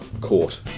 Court